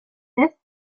test